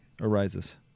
arises